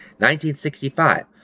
1965